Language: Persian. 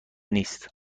نیست